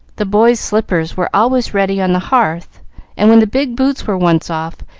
the boys' slippers were always ready on the hearth and when the big boots were once off,